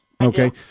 Okay